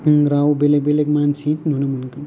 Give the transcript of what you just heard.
राव बेलेग बेलेग मानसि नुनो मोनगोन